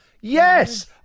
yes